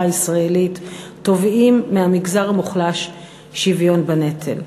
הישראלית תובעים מהמגזר המוחלש שוויון בנטל.